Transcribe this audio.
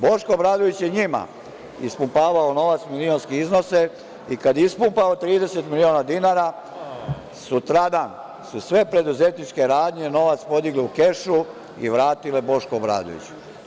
Boško Obradović je njima ispumpavao novac, milionske iznose i kada je ispumpao 30 miliona dinara, sutradan su sve preduzetničke radnje novac podigle u kešu i vratile Bošku Obradoviću.